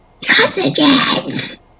Sausages